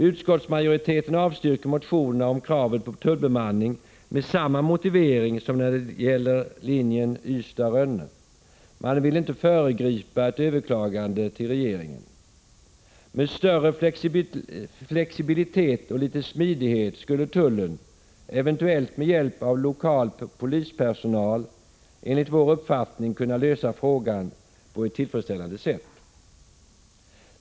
Utskottsmajoriteten avstyrker motionerna om tullbemanning med samma motivering som när det gäller linjen Ystad-Rönne. Man vill inte föregripa ett överklagande till regeringen. Med större flexibilitet och litet smidighet skulle tullen, eventuellt med hjälp av lokal polispersonal, enligt vår uppfattning kunna lösa frågan på ett tillfredsställande sätt.